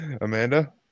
Amanda